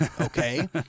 okay